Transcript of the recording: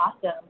Awesome